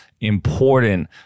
important